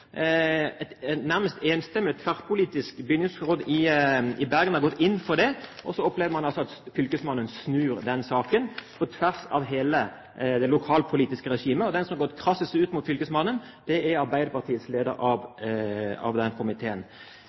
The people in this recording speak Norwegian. Et nærmest enstemmig tverrpolitisk bygningsråd i Bergen har gått inn for det, og så opplever man altså at fylkesmannen snur den saken på tvers av hele det lokalpolitiske regimet. Den som har gått krassest ut mot fylkesmannen, er Arbeiderpartiets leder av